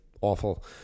awful